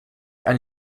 eine